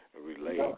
Relate